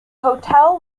hotel